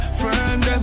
friend